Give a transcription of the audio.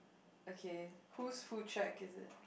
okay who's who check is it